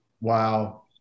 Wow